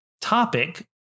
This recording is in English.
topic